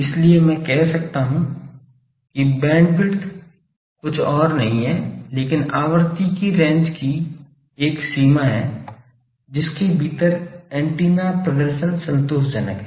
इसलिए मैं कह सकता हूं कि बैंडविड्थ और कुछ नहीं है लेकिन आवृत्ति की रेंज की एक सीमा है जिसके भीतर एंटीना प्रदर्शन संतोषजनक है